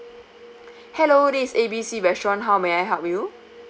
hello this is A B C restaurant how may I help you